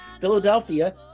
Philadelphia